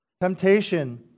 Temptation